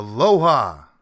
Aloha